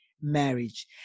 marriage